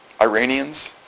Iranians